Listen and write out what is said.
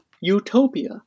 utopia